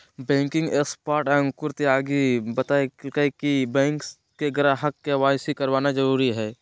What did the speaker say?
banking expert Ankur Tyagi बतयलकय कि bank के ग्राहक के.वाई.सी करवाना जरुरी हइ